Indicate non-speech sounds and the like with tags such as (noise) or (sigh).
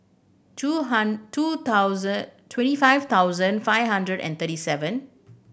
two (unintelligible) two thousand twenty five thousand five hundred and thirty seven